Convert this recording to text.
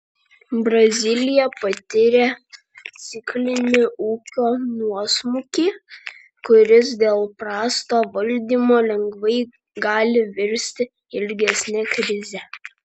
brazilija patiria ciklinį ūkio nuosmukį kuris dėl prasto valdymo lengvai gali virsti ilgesne krize